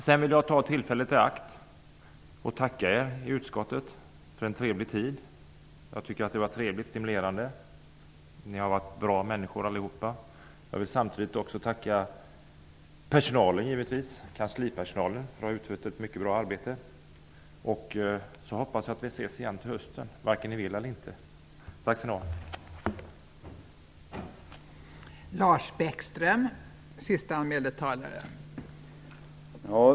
Sedan vill jag ta tillfället i akt och tacka er i utskottet för en trevlig tid. Jag tycker att det har varit trevligt och stimulerande. Ni är bra människor allihop. Samtidigt vill jag också tacka kanslipersonalen som har utfört ett mycket bra arbete. Jag hoppas att vi ses igen till hösten, vare sig ni vill eller inte. Tack skall ni ha!